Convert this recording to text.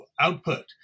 output